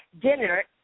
dinner